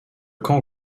camp